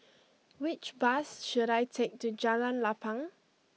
which bus should I take to Jalan Lapang